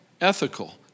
Ethical